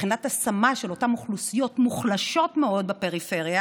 מבחינת השמה של האוכלוסיות המוחלשות מאוד בפריפריה